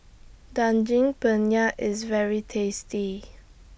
Daging Penyet IS very tasty